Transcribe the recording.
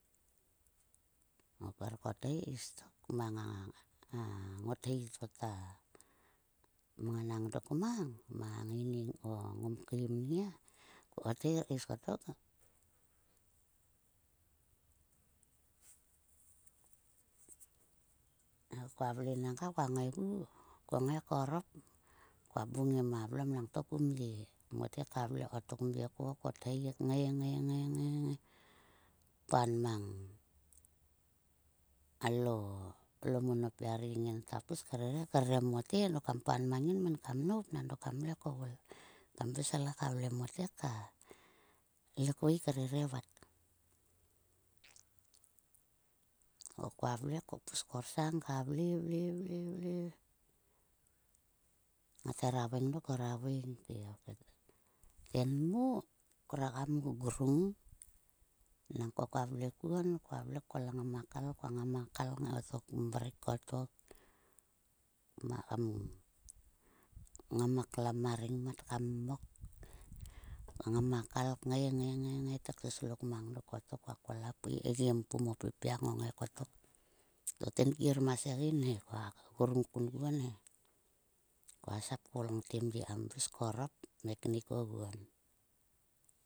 Ngot he kothi kaestok mang a ngothi to ta mnganang dok mang. Mang a ngaining ko ngom keim ngia, ko kothi tis kotok. Nang koa vle nanga koa ngaigu. Ko ngai korop, koa bungim a vlom langto kum ye. Mote ka vle kotok mye ko kothi kngai, ngai, ngai. Paal mang alo, lomonopia ri ngin tpis rere, krere mote dok kam paal mang ngin min kam nop nang dok kam le koul. Kam pis le ka vlre mote ka le kveik krere vat. Ko koa vle koa pis korsang ka vle, vle, vle. Ngat hera veing dok ko hera veik ngte. Tenmo kre kam grung nangko koa vle kuon koa kol a ngama kal. Koa ngamakal ngai kotok mrek kotok. Mar kam ngamaklam a rengmat kam mmok. Nganakal ngai, ngai, ngai te slok mang dok. Koa kol a pui kgem pum e pipia kngongal kngai kotok. To tenkier ma segein he koa grung kunkuon he. Koa sap koul ngte mye kam pis korop kaeknik oguon.